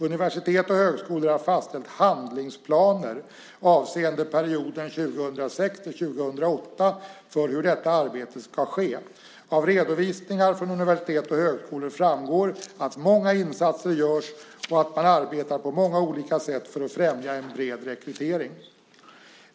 Universitet och högskolor har fastställt handlingsplaner avseende perioden 2006-2008 för hur detta arbete ska ske. Av redovisningar från universitet och högskolor framgår att många insatser görs och att man arbetar på många olika sätt för att främja en bred rekrytering.